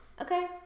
okay